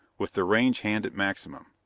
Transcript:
with the range hand at maximum.